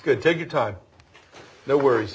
good take your time no worries